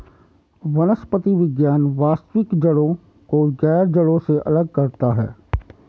वनस्पति विज्ञान वास्तविक जड़ों को गैर जड़ों से अलग करता है